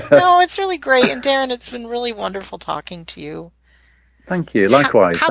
oh it's really great darren it's been really wonderful talking to you thank you likewise